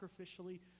sacrificially